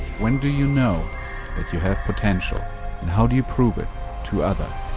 when do you know if you have potential and how do you prove it to others?